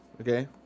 Okay